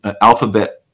alphabet